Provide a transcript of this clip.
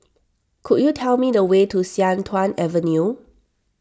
could you tell me the way to Sian Tuan Avenue